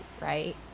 right